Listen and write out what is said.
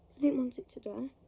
didn't want it to die,